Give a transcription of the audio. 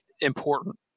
important